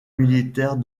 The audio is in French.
militaire